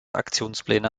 aktionspläne